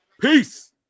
Peace